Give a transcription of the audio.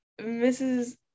mrs